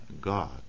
God